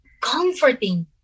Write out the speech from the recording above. comforting